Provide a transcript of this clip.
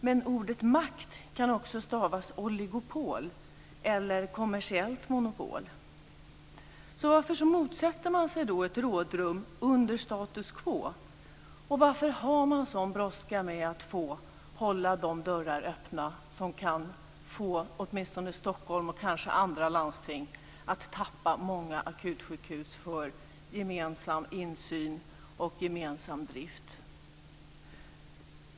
Men ordet makt kan också stavas oligopol eller kommersiellt monopol. Varför motsätter man sig då ett rådrum under status quo och varför har man en sådan brådska med att få hålla de dörrar öppna som kan få åtminstone Stockholm, och kanske också andra landsting, att tappa många akutsjukhus för gemensam insyn och gemensam drift?